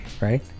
right